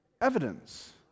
evidence